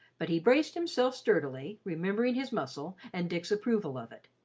but he braced himself sturdily, remembering his muscle and dick's approval of it.